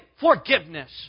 forgiveness